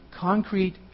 concrete